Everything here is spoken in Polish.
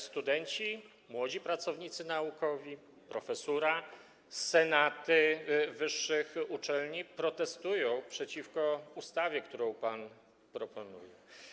Studenci, młodzi pracownicy naukowi, profesura, senaty wyższych uczelni protestują przeciwko ustawie, którą pan proponuje.